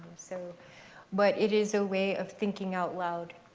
so but it is a way of thinking out loud.